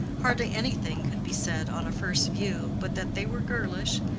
hardly anything could be said on a first view, but that they were girlish,